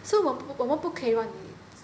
so 我我们不可以让你